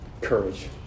courage